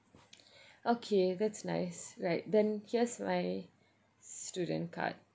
okay that's nice right then here's my student card